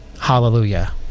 hallelujah